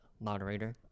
moderator